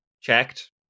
checked